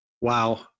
wow